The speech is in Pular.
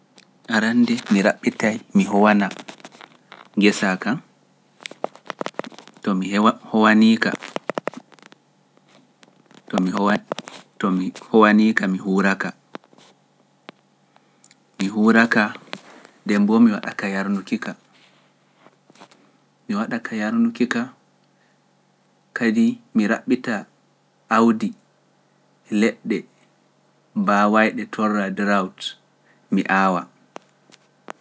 Arannde mi raɓɓitay mi howanaa ngesa ka, to mi howaniika, to mi howaniika mi huura ka, mi huura ka, ndemboo mi waɗa ka yarnukika kadi mi raɓɓita awdi leɗɗe baawayɗe torra Deraut mi aawa.